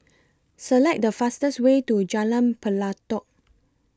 Select The fastest Way to Jalan Pelatok